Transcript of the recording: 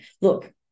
look